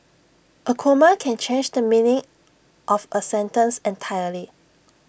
A comma can change the meaning of A sentence entirely